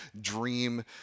dream